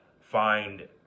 find